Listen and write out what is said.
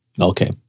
okay